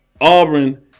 Auburn